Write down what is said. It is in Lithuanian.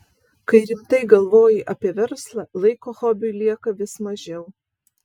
kai rimtai galvoji apie verslą laiko hobiui lieka vis mažiau